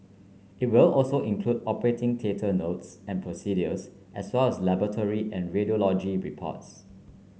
it will also include operating theatre notes and procedures as well as laboratory and radiology reports